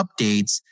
updates